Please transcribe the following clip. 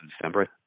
December